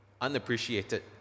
unappreciated